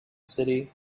city